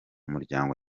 muryango